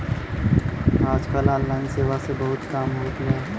आज कल ऑनलाइन सेवा से बहुत काम होत हौ